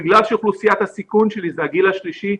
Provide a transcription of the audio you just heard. בגלל שאוכלוסיית הסיכון שלי זה הגיל השלישי,